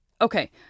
Okay